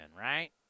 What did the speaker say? right